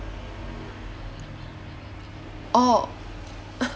orh